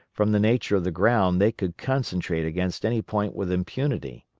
from the nature of the ground they could concentrate against any point with impunity.